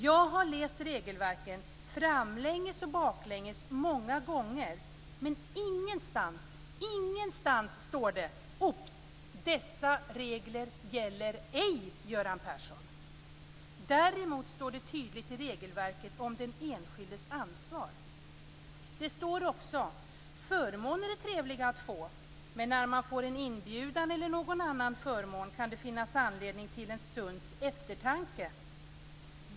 Jag har läst regelverken framlänges och baklänges många gånger, men ingenstans står det: Obs! Dessa regler gäller ej Göran Persson. Däremot står det tydligt i regelverket om den enskildes ansvar. Det står också: Förmåner är trevliga att få. Men när man får en inbjudan eller någon annan förmån kan det finnas anledning till en stunds eftertanke.